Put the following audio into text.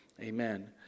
Amen